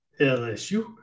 LSU